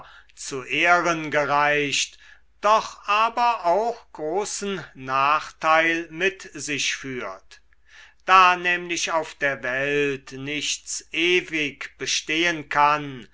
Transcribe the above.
zu ehren gereicht doch aber auch großen nachteil mit sich führt da nämlich auf der welt nichts ewig bestehen kann